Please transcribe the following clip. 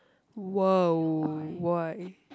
!wow! why